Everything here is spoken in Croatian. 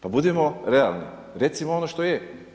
Pa budimo realni, recimo ono što je.